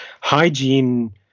hygiene